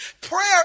prayer